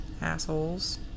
Assholes